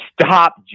stop